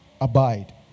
abide